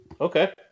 Okay